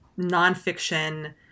nonfiction